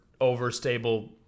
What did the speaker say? overstable